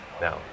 Now